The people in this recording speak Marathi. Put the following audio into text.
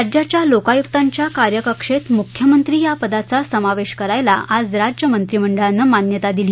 राज्याच्या लोकायुक्तांच्या कार्यकक्षेत मुख्यमंत्री या पदाचा समावेश करायला आज राज्य मंत्रिमंडळानं मान्यता दिली